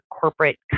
corporate